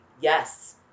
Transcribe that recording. yes